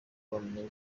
bamaze